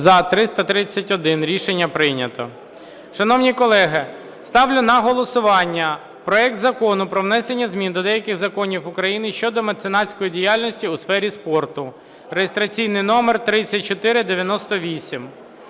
За-331 Рішення прийнято. Шановні колеги, ставлю на голосування проект Закону про внесення змін до деяких законів України щодо меценатської діяльності у сфері спорту (реєстраційний номер 3498).